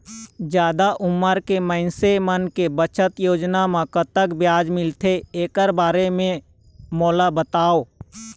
जादा उमर के मइनसे मन के बचत योजना म कतक ब्याज मिलथे एकर बारे म मोला बताव?